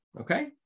okay